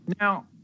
Now